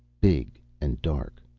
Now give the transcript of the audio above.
big and dark.